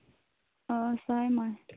آ ساے مارٹ